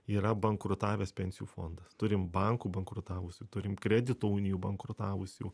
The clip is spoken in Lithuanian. yra bankrutavęs pensijų fondas turim bankų bankrutavusių turim kredito unijų bankrutavusių